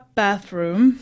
bathroom